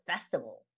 festival